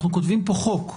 אנחנו כותבים פה חוק.